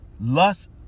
Lust